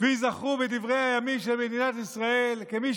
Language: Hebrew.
וייזכרו בדברי הימים של מדינת ישראל כמי